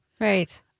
Right